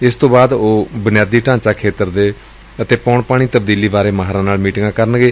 ਇਸ ਤੋਂ ਬਾਅਦ ਉਹ ਬੁਨਿਆਦੀ ਢਾਂਚਾ ਖੇਤਰ ਅਤੇ ਪੌਣ ਪਾਣੀ ਤਬਦੀਲੀ ਬਾਰੇ ਮਾਹਿਰਾਂ ਨਾਲ ਮੀਟਿੰਗਾਂ ਕਰਨਗੇ